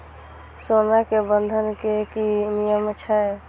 सोना के बंधन के कि नियम छै?